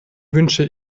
wünsche